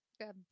Good